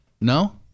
No